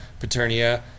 Paternia